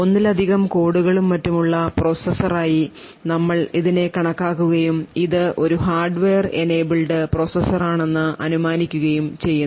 ഒന്നിലധികം കോഡുകളും മറ്റും ഉള്ള പ്രോസസറായി നമ്മൾ ഇതിനെ കണക്കാക്കുകയും ഇത് ഒരു ഹാർഡ്വെയർ enabled പ്രോസസ്സറാണെന്ന് അനുമാനിക്കുകയും ചെയ്യുന്നു